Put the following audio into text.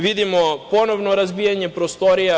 Vidimo ponovno razbijanje prostorija.